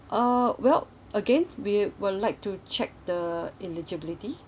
oh well again we will like to check the eligibility